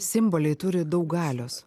simboliai turi daug galios